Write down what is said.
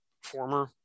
former